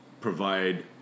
provide